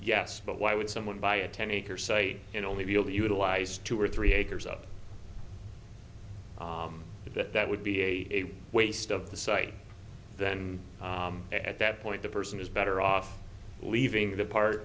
yes but why would someone buy a ten acre site and only be able to utilize two or three acres of it that that would be a waste of the site then at that point the person is better off leaving that part